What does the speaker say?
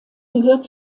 gehört